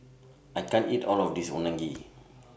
I can't eat All of This Unagi